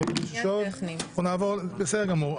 בסדר גמור.